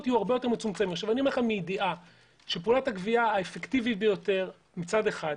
יהיו הרבה יותר - אני אומר מידיעה שפעולת הגבייה האפקטיבית ביותר מצד אחד,